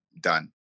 done